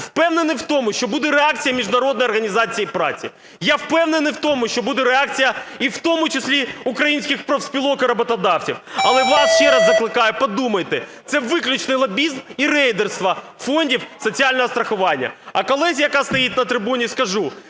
я впевнений в тому, що буде реакція Міжнародної організації праці. Я впевнений в тому, що буде редакція і в тому числі українських профспілок і роботодавців. Але вас ще раз закликаю, подумайте, це виключний лобізм і рейдерство фондів соціального страхування. А колезі, яка стоїть на трибуні скажу,